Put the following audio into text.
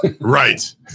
Right